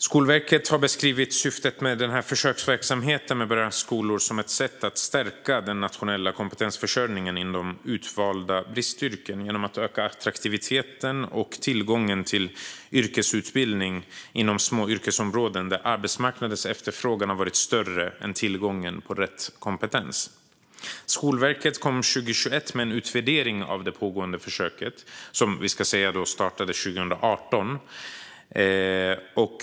Skolverket har beskrivit syftet med försöksverksamheten med branschskolor som ett sätt att stärka den nationella kompetensförsörjningen inom utvalda bristyrken genom att öka attraktiviteten och tillgången till yrkesutbildning inom små yrkesområden där arbetsmarknadens efterfrågan har varit större än tillgången till rätt kompetens. Skolverket kom 2021 med en utvärdering av det pågående försöket, som startade 2018.